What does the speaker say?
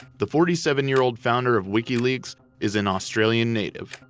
the forty seven year old founder of wikileaks is an australian native.